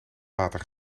water